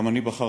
גם אני בחרתי,